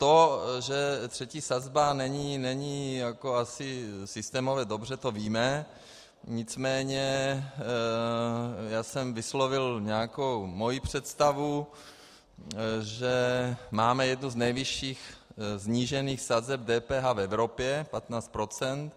To, že třetí sazba není jako asi systémově dobře, to víme, nicméně já jsem vyslovil nějakou svoji představu, že máme jednu z nejvyšších snížených sazeb v Evropě, 15 procent.